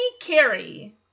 Carrie